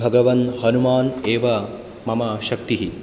भगवान् हनुमान् एव मम शक्तिः